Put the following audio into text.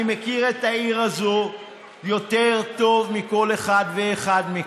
אני מכיר את העיר הזו יותר טוב מכל אחד ואחד מכם,